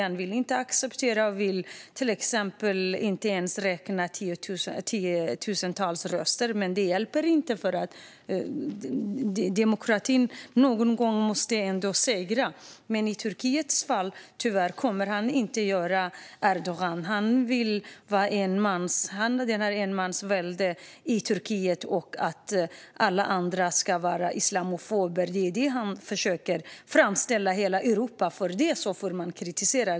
Det ville man inte acceptera, och man ville inte ens räkna tiotusentals röster. Men det hjälper inte, för demokratin måste ändå segra någon gång. I Turkiets fall vill dock Erdogan tyvärr inte det. Han vill ha enmansvälde i Turkiet och säger att alla andra är islamofober. Så försöker han framställa hela Europa, för det får man kritisera.